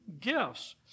gifts